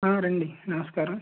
ఆ రండి నమస్కారం